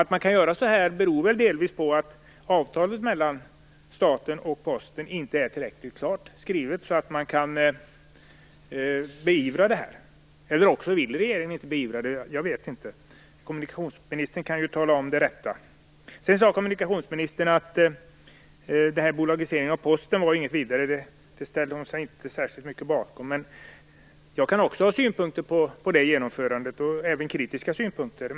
Att man kan göra så här beror delvis på att avtalet mellan staten och Posten inte är tillräckligt klart skrivet så att det kan beivras, eller också vill regeringen inte beivra det. Jag vet inte. Kommunikationsministern kan tala om det rätta. Sedan sade kommunikationsministern att bolagiseringen av Posten inte var något vidare. Det ställde hon sig inte särskilt mycket bakom. Jag kan också ha synpunkter på genomförandet, och även kritiska synpunkter.